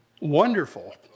Wonderful